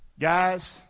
Guys